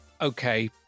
Okay